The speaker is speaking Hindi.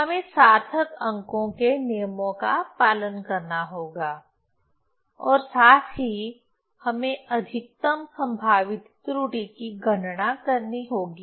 हमें सार्थक अंकों के नियमों का पालन करना होगा और साथ ही हमें अधिकतम संभावित त्रुटि की गणना करनी होगी